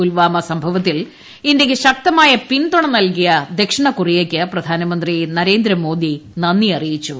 പുൽവാമ സംഭവത്തിൽ ഇന്ത്യക്ക് ശക്തമായ പിന്തുണ നൽകിയ ദക്ഷിണ കൊറിയക്ക് പ്രധാനമന്ത്രി നരേന്ദ്ര മോദിയും നന്ദി അറിയിച്ചു